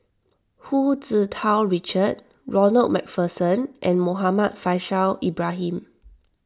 Hu Tsu Tau Richard Ronald MacPherson and Muhammad Faishal Ibrahim